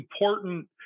important